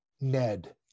Ned